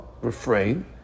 refrain